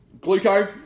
Glucose